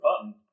button